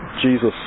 Jesus